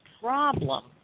problem